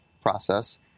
process